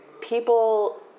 people